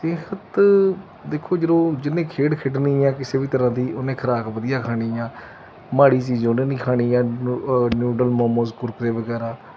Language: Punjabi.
ਸਿਹਤ ਦੇਖੋ ਜਦੋਂ ਜਿੰਨੇ ਖੇਡ ਖੇਡਣੀ ਹੈ ਕਿਸੇ ਵੀ ਤਰ੍ਹਾਂ ਦੀ ਉਹਨੇ ਖੁਰਾਕ ਵਧੀਆ ਖਾਣੀ ਆ ਮਾੜੀ ਚੀਜ਼ ਉਹਨੇ ਨਹੀਂ ਖਾਣੀ ਆ ਨ ਨੂਡਲ ਮੋਮੋਜ਼ ਕੁਰਕਰੇ ਵਗੈਰਾ